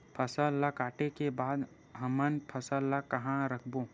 फसल ला काटे के बाद हमन फसल ल कहां रखबो?